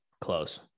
close